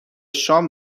شام